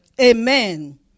Amen